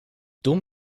dumm